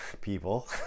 people